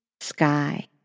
sky